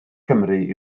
cymru